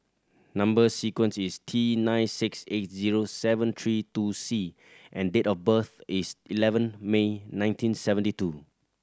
number sequence is T nine six eight zero seven three two C and date of birth is eleven May nineteen seventy two